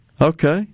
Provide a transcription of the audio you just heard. Okay